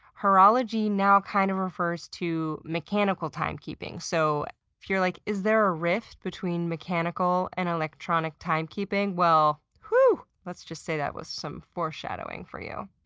horology now kinda kind of refers to mechanical timekeeping, so if you're like, is there a rift between mechanical and electronic timekeeping? well, whew, let's just say that was some foreshadowing for you.